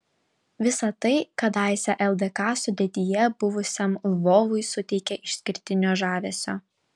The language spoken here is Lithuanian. visa tai kadaise ldk sudėtyje buvusiam lvovui suteikia išskirtinio žavesio